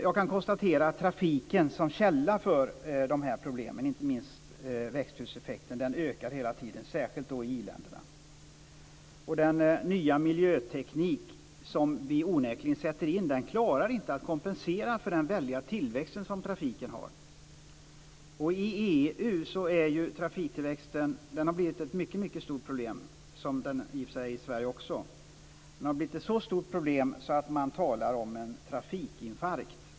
Jag kan konstatera att trafiken som källa för dessa problem, inte minst för växthuseffekten, ökar hela tiden, och då särskilt i i-länderna. Den nya miljöteknik som vi onekligen sätter in klarar inte att kompensera för den väldiga tillväxt som trafiken har. I EU har trafiktillväxten blivit ett mycket stort problem, och i och för sig också i Sverige. Den har blivit ett sådant stort problem att man talar om en trafikinfarkt.